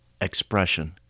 expression